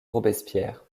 robespierre